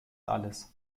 alles